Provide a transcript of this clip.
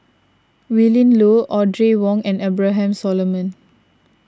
Willin Low Audrey Wong and Abraham Solomon